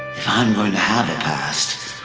i'm going to have a past,